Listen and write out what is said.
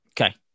okay